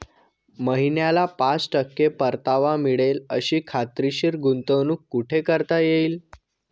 महिन्याला पाच टक्के परतावा मिळेल अशी खात्रीशीर गुंतवणूक कुठे करता येईल?